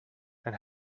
and